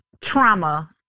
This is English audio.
trauma